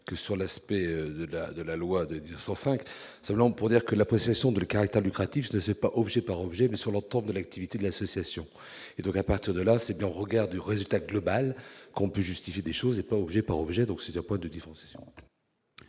que sur l'aspect de la de la loi de 1905 selon pour dire que la possession de caractère lucratif ne s'est pas objet par objet, mais sur le retour de l'activité de l'association et donc à partir de là, c'est bien au regard du résultat global qu'on peut justifier des choses et pas objet par objet, donc c'était pas de différence.